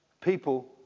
people